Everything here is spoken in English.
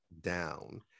down